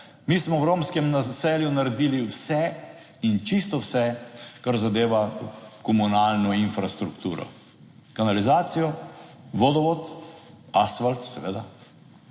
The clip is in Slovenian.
mi smo v romskem naselju naredili vse in čisto vse, kar zadeva komunalno infrastrukturo, kanalizacijo, vodovod, asfalt, seveda